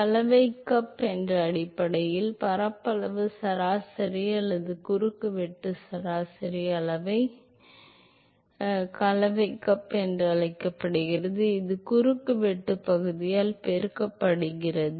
கலவை கப் என்பது அடிப்படையில் பரப்பளவு சராசரி அல்லது குறுக்குவெட்டு சராசரி அளவைக் கலவை கப் அளவு என்று அழைக்கப்படுகிறது இது குறுக்கு வெட்டுப் பகுதியால் பெருக்கப்படுகிறது